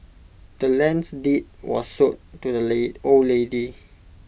the land's deed was sold to the old lady